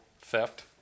theft